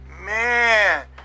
Man